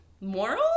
moral